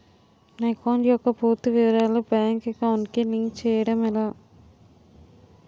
నా అకౌంట్ యెక్క పూర్తి వివరాలు బ్యాంక్ అకౌంట్ కి లింక్ చేయడం ఎలా?